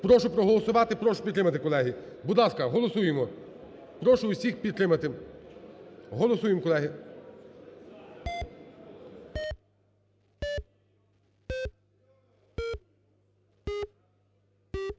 Прошу проголосувати, прошу підтримати, колеги. Будь ласка, голосуємо, прошу всіх підтримати. Голосуємо, колеги.